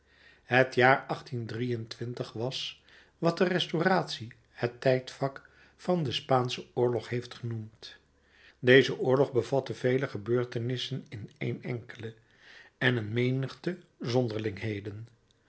het jaar was wat de restauratie het tijdvak van den spaanschen oorlog heeft genoemd deze oorlog bevatte vele gebeurtenissen in één enkele en een menigte zonderlingheden